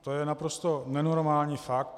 To je naprosto nenormální fakt.